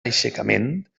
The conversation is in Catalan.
aixecament